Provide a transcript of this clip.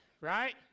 right